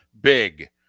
Big